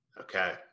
Okay